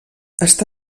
està